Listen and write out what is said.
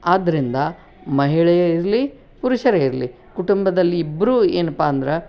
ಆದ್ದರಿಂದ ಮಹಿಳೆಯೇ ಇರಲಿ ಪುರುಷರೇ ಇರಲಿ ಕುಟುಂಬದಲ್ಲಿ ಇಬ್ಬರೂ ಏನಪ್ಪಾ ಅಂದ್ರೆ